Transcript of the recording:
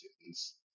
students